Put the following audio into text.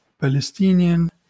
Palestinian